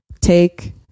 take